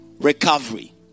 Recovery